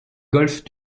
golfe